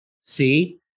see